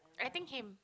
I think him